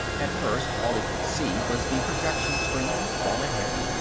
at first, all he could see was the projection-screen, far ahead,